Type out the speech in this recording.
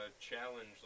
challenge